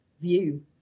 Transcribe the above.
view